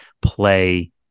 play